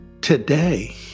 today